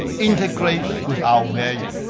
integrate with our value.